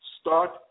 start